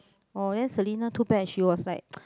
oh ya Selina too bad she was like